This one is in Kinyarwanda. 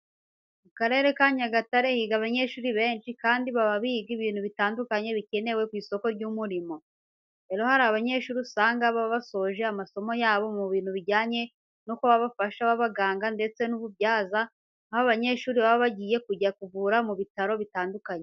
Mu Karere ka Nyagatare higa abanyeshuri benshi kandi baba biga ibintu bitandukanye bikenewe ku isoko ry'umurimo. Rero hari abanyeshuri usanga baba basoje amasomo yabo mu bintu bijyanye no kuba abafasha b'abaganga ndetse n'ububyaza, aho aba banyeshuri baba bagiye kujya kuvura mu bitaro bitandukanye.